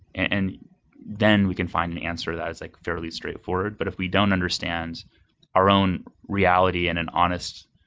and then we can find an answer that is like fairly straightforward. but if we don't understand our own reality in an honest,